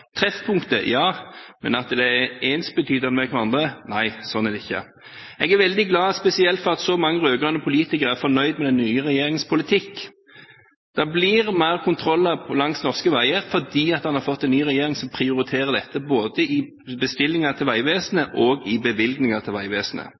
det er ensbetydende med hverandre, nei, slik er det ikke. Jeg er spesielt glad for at så mange rød-grønne politikere er fornøyd med den nye regjeringens politikk. Det blir flere kontroller langs norske veier fordi en har fått en ny regjering som prioriterer dette i både bestillinger og bevilgninger til